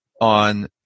on